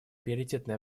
приоритетное